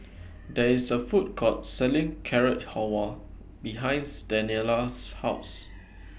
There IS A Food Court Selling Carrot Halwa behinds Daniela's House